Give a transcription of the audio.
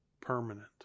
permanent